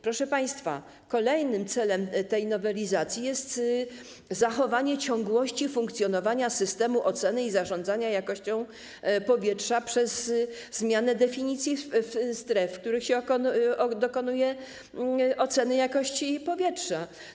Proszę państwa, kolejnym celem tej nowelizacji jest zachowanie ciągłości funkcjonowania systemu oceny i zarządzania jakością powietrza przez zmianę definicji stref, w których dokonuje się oceny jakości powietrza.